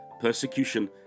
persecution